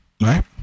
Right